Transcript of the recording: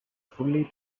fully